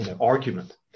argument